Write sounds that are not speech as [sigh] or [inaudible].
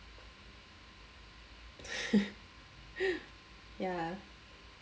[laughs] ya